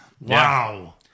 Wow